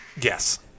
Yes